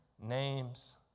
name's